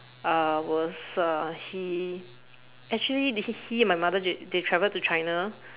uh was uh he actually they he and my mother they they travel to China